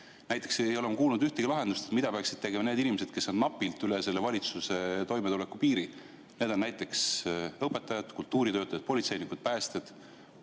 Näiteks ei ole ma kuulnud ühtegi lahendust, mida peaksid tegema need inimesed, kes on napilt üle selle valitsuse [kehtestatud] toimetuleku piiri. Need on näiteks õpetajad, kultuuritöötajad, politseinikud, päästjad